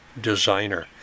designer